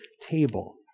table